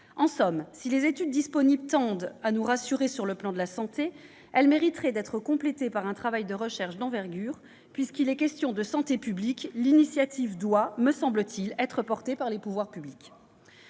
En somme, si les études disponibles tendent à nous rassurer sur le plan de la santé, elles mériteraient d'être complétées par un travail de recherche d'envergure. Puisqu'il est question de santé publique, l'initiative doit, me semble-t-il, être portée par les pouvoirs publics.